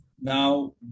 now